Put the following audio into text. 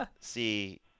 see